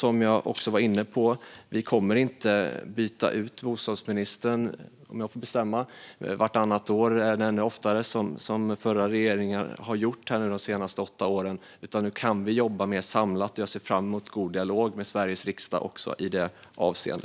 Om jag får bestämma kommer vi inte att byta ut bostadsministern vartannat år eller ännu oftare som regeringarna har gjort under de senaste åtta åren. Nu kan vi jobba mer samlat, och jag ser fram emot en god dialog med Sveriges riksdag också i detta avseende.